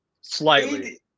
Slightly